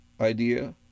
idea